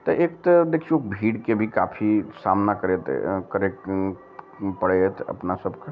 तऽ एक तऽ देखियौ भीड़के भी काफी सामना करैत करय पड़ैया तऽ अपना सबके